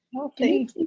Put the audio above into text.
Okay